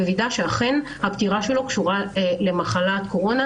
ווידא שאכן הפטירה שלו קשורה למחלת הקורונה,